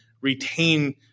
retain